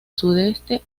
sudeste